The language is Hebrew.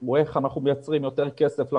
הוא איך אנחנו מייצרים יותר כסף למדינה,